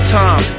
time